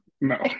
No